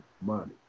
money